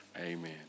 Amen